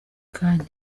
kanya